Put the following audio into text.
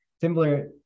similar